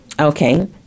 Okay